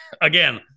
again